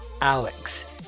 Alex